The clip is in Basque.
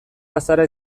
bazara